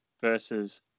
versus